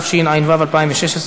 התשע"ו 2016,